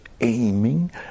aiming